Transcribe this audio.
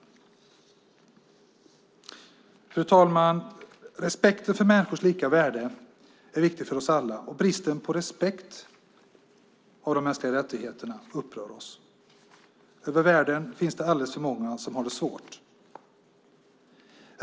Fru talman! Respekten för människors lika värde är viktig för oss alla, och bristen på respekt för de mänskliga rättigheterna upprör oss. I världen finns det alldeles för många som har det svårt.